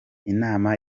inama